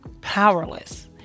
powerless